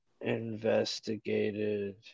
investigated